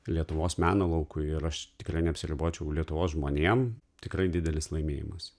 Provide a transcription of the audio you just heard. lietuvos meno laukui ir aš tikrai neapsiribočiau lietuvos žmonėm tikrai didelis laimėjimas